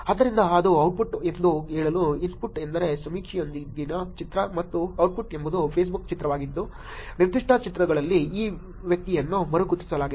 ಆದ್ದರಿಂದ ಅದು ಔಟ್ಪುಟ್ ಎಂದು ಹೇಳಲು ಇನ್ಪುಟ್ ಎಂದರೆ ಸಮೀಕ್ಷೆಯೊಂದಿಗಿನ ಚಿತ್ರ ಮತ್ತು ಔಟ್ಪುಟ್ ಎಂಬುದು ಫೇಸ್ಬುಕ್ನ ಚಿತ್ರವಾಗಿದ್ದು ನಿರ್ದಿಷ್ಟ ಚಿತ್ರಗಳಲ್ಲಿ ಈ ವ್ಯಕ್ತಿಯನ್ನು ಮರು ಗುರುತಿಸಲಾಗಿದೆ